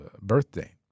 birthday